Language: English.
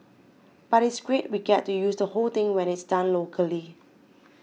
but it's great we get to use the whole thing when it's done locally